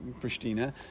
Pristina